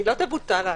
הישיבה נעולה.